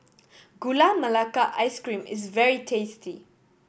Gula Melaka Ice Cream is very tasty